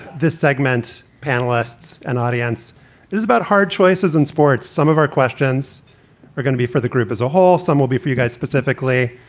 this segment's panelists and audience is about hard choices in sports. some of our questions are gonna be for the group as a whole. some will be for you guys specifically.